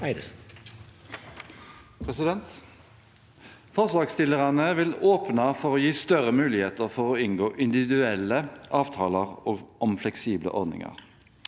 Forslagsstillerne vil åpne for å gi større muligheter for å inngå individuelle avtaler om fleksible ordninger.